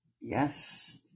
Yes